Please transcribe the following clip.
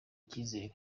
icyizere